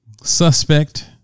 Suspect